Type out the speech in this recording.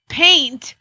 paint